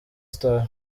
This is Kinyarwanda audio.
star